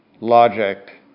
logic